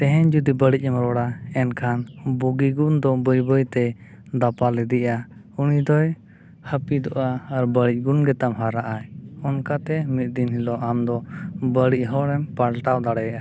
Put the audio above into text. ᱛᱮᱦᱮᱧ ᱡᱩᱫᱤ ᱵᱟᱹᱲᱤᱡᱮᱢ ᱨᱚᱲᱟ ᱮᱱᱠᱷᱟᱱ ᱵᱩᱜᱤ ᱜᱩᱱ ᱫᱚ ᱵᱟᱹᱭᱼᱵᱟᱹᱭᱛᱮ ᱫᱟᱯᱟᱞ ᱤᱫᱤᱜᱼᱟ ᱩᱱᱤᱫᱚᱭ ᱦᱟᱹᱯᱤᱫᱚᱜᱼᱟ ᱟᱨ ᱵᱟᱹᱲᱤᱡ ᱜᱩᱱ ᱜᱮᱛᱟᱢ ᱦᱟᱨᱟᱜ ᱟᱭ ᱚᱱᱠᱟᱛᱮ ᱢᱤᱫ ᱫᱤᱱ ᱦᱤᱞᱳᱜ ᱟᱢ ᱫᱚ ᱵᱟᱹᱲᱤᱡ ᱦᱚᱲᱮᱢ ᱯᱟᱞᱴᱟᱣ ᱫᱟᱲᱮᱭᱟᱜᱼᱟ